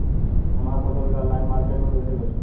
हमार फसल के ऑनलाइन मार्केट मे कैसे बेचम?